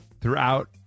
throughout